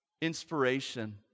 inspiration